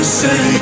say